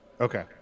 Okay